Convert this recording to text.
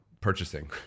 purchasing